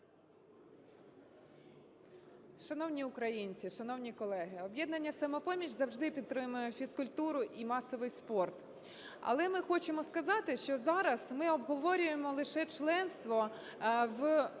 Шановні українці, шановні колеги, "Об'єднання "Самопоміч" завжди підтримує фізкультуру і масовий спорт. Але ми хочемо сказати, що зараз ми обговорюємо лише членство в